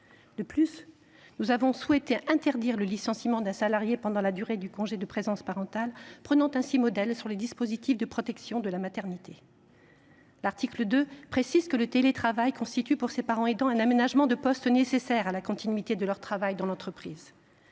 1, nous avons souhaité interdire le licenciement d’un salarié pendant la durée du congé de présence parentale, prenant ainsi modèle sur les dispositifs de protection de la maternité. L’article 2 précise que le télétravail constitue pour ces parents aidants un aménagement de poste nécessaire à la continuité de leur service dans l’entreprise.